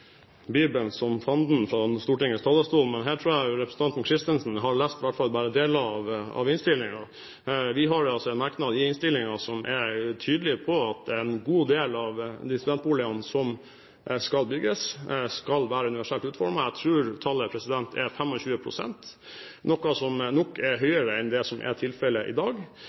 Bibelen som Fanden» fra Stortingets talerstol, men her tror jeg representanten Christensen har lest i hvert fall bare en del av innstillingen. Vi har en merknad i innstillingen som er tydelig på at en god del av de studentboligene som skal bygges, skal være universelt utformet. Jeg tror tallet er 25 pst., noe som nok er høyere enn det som er tilfellet i dag.